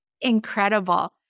incredible